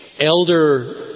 elder